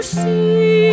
see